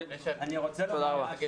תודה רבה.